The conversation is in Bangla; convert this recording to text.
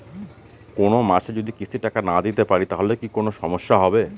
কোনমাসে যদি কিস্তির টাকা না দিতে পারি তাহলে কি কোন সমস্যা হবে?